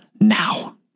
now